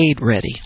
ready